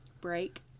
break